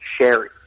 sherry